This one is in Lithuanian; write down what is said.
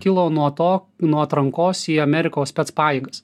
kilo nuo to nuo atrankos į amerikos spec pajėgas